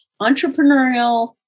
Entrepreneurial